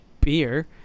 beer